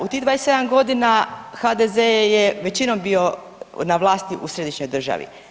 U tih 27 godina HDZ je većinom bio na vlasti u središnjoj državi.